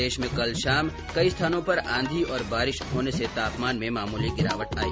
प्रदेश में कल शाम कई स्थानों पर आंधी और बारिश होने से तापमान में मामूली गिरावट आई